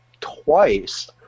twice